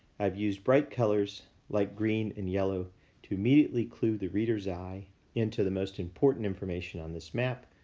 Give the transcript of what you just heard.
i've used bright colors like green and yellow to immediately clue the readers eye into the most important information on this map,